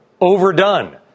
Overdone